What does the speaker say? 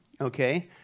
okay